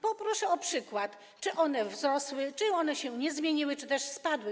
Poproszę o przykład, czy one wzrosły, czy one się nie zmieniły, czy też spadły?